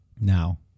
Now